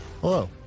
hello